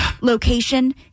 Location